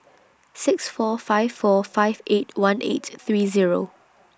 six four five four five eight one eight three Zero